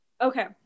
Okay